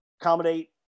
accommodate